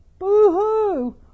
Boo-hoo